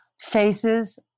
faces